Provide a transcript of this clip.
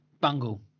Bungle